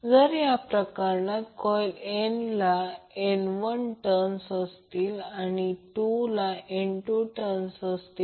जर या प्रकरणात कॉइल 1 ला N1 टर्न्स असतील आणि 2 ला N2 टर्न्स असतील